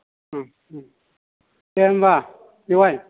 औ ओं दे होमबा बेवाइ